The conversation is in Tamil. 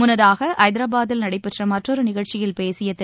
முன்னதாக ஐதராபாத்தில் நடைபெற்ற மற்றொரு நிகழ்ச்சியில் பேசிய திரு